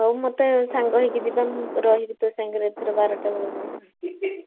ହଉ ମୋତେ ସାଙ୍ଗ ହେଇକି ଯିବା ମୁଁ ରହିବି ତୋ ସାଙ୍ଗରେ ଏଥର ବାରଟା ବେଳ ଯାଏଁ ଆଉ